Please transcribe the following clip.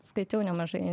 skaičiau nemažai